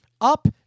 up